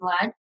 blood